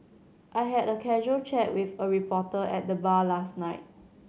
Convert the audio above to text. I had a casual chat with a reporter at the bar last night